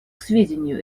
сведению